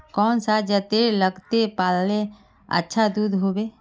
कौन सा जतेर लगते पाल्ले अच्छा दूध होवे?